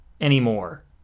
anymore